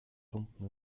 lumpen